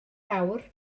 awr